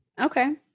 Okay